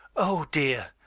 oh dear,